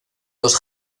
los